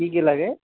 কি কি লাগে